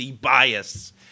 bias